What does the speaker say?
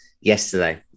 yesterday